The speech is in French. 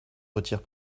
retire